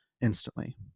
instantly